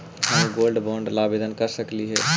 हम gold bond ला आवेदन कर सकली हे?